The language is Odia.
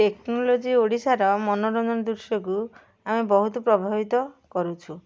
ଟେକ୍ନୋଲୋଜି ଓଡ଼ିଶାର ମନୋରଞ୍ଜନ ଦୃଶ୍ୟକୁ ଆମେ ବହୁତ ପ୍ରଭାବିତ କରୁଛୁ